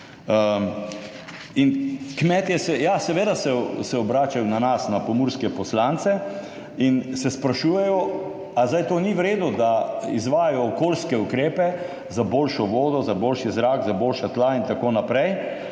Kmetje se, seveda, obračajo na nas, pomurske poslance, in se sprašujejo, ali zdaj to ni v redu, da izvajajo okoljske ukrepe za boljšo vodo, boljši zrak, boljša tla in tako naprej